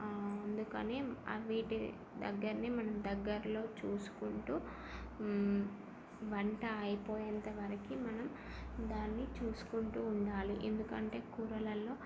అందుకనే వీటి దగ్గరనే మనం దగ్గర లో చూసుకుంటూ వంట అయిపోయేంత వరకి మనం దాన్ని చూసుకుంటూ ఉండాలి ఎందుకంటే కూరలలో